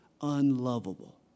Unlovable